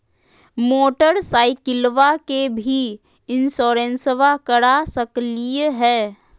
मोटरसाइकिलबा के भी इंसोरेंसबा करा सकलीय है?